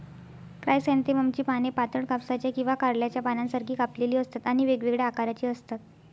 क्रायसॅन्थेममची पाने पातळ, कापसाच्या किंवा कारल्याच्या पानांसारखी कापलेली असतात आणि वेगवेगळ्या आकाराची असतात